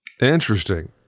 Interesting